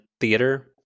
theater